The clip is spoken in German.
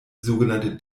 sogenannte